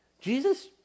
Jesus